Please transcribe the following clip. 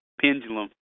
Pendulum